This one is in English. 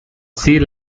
sea